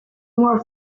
more